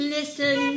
Listen